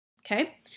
Okay